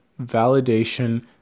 validation